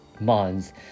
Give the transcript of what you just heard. months